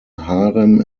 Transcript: harem